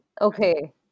Okay